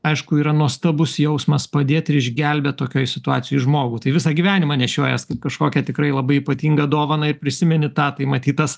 aišku yra nuostabus jausmas padėt ir išgelbėt tokioj situacijoj žmogų tai visą gyvenimą nešiojas kaip kažkokią tikrai labai ypatingą dovaną ir prisimeni tą tai matyt tas